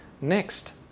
Next